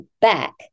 back